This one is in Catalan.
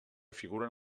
figuren